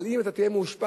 אבל אם אתה תהיה מאושפז,